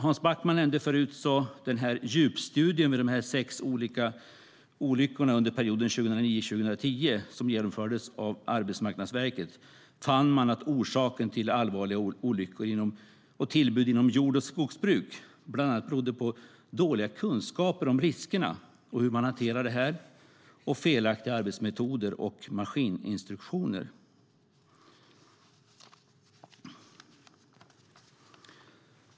Hans Backman nämnde tidigare djupstudien för sex olika typer av olyckor under perioden 2009-2010 som genomförts av Arbetsmarknadsverket. Man fann att orsaken till allvarliga olyckor och tillbud inom jord och skogsbruk bland annat berodde på dåliga kunskaper om riskerna och hur de ska hanteras samt felaktiga arbetsmetoder och maskininstruktioner.